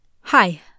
Hi